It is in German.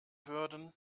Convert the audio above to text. würden